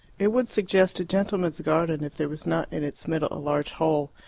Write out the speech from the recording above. it would suggest a gentleman's garden if there was not in its middle a large hole,